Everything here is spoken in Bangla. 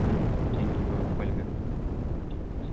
হুম থ্যাঙ্ক ইউ ওয়ে ওয়েলকাম ঠিক আছে